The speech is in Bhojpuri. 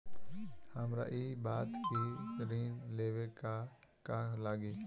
हमरा ई बताई की ऋण लेवे ला का का लागी?